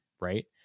right